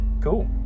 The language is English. cool